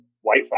white